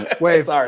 Wave